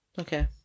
Okay